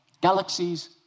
galaxies